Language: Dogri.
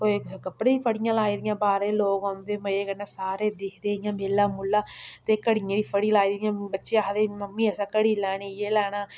कोई कुसै कपड़े दियां फड़ियां लाई दियां बाह्रे दे लोक आंदे सारे मजे कन्नै दिखदे इ'यां मेला मुला ते घड़ियें दी फड़ी लाई दी इ'यां बच्चे आखदे मम्मी असें घड़ी लैनी जे लैना